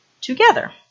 together